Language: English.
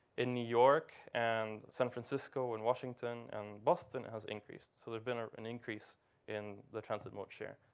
in new york and san francisco and washington and boston, it has increased. so there's been an increase in the transit mode share.